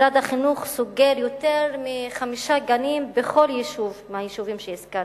משרד החינוך סוגר יותר מחמישה גנים בכל יישוב מהיישובים שהזכרתי.